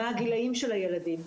מה הגילים של הילדים.